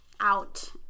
out